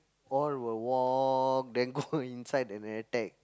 all will walk then go inside and attack